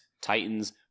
Titans